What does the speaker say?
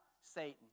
Satan